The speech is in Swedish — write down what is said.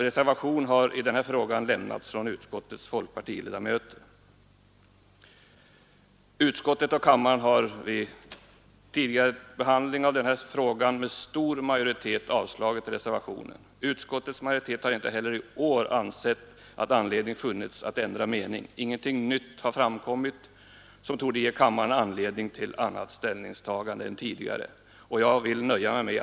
Reservation har i denna fråga avgivits av folkpartiets representanter i utskottet. Utskottet och kammaren har vid tidigare behandling av denna fråga med stor majoritet avslagit liknande reservationer. Utskottsmajoriteten har inte funnit anledning att ändra sin tidigare inställning, eftersom ingenting nytt har tillkommit.